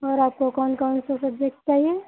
और आपको कौन कौन से सबजेक्ट चाहिए